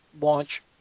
launch